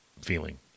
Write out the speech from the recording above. feeling